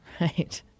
Right